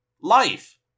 Life